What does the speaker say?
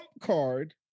card